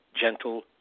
gentle